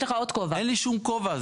אין לי שום כובע.